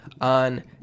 on